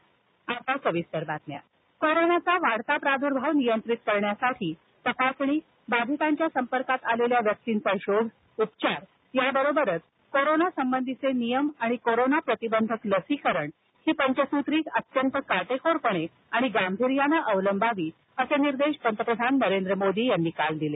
पंतप्रधान कोविड बैठक कोरोनाचा वाढता प्रादूर्भाव नियंत्रित करण्यासाठी तपासणी बाधितांच्या संपर्कात आलेल्या व्यक्तींचा शोध उपचार याबरोबरच कोरोना संबंधीचे नियम आणि कोरोना प्रतिबंधक लसीकरण ही पंचसूत्री अत्यंत काटेकोरपणे आणि गांभिर्याने अवलंबावी असे निर्देश पंतप्रधान नरेंद्र मोदी यांनी काल दिले